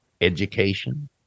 education